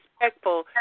respectful